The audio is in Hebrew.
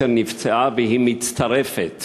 והיא מצטרפת